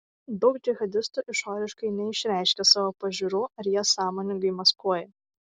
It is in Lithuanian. daug džihadistų išoriškai neišreiškia savo pažiūrų ar jas sąmoningai maskuoja